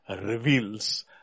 reveals